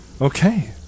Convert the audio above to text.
okay